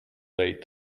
late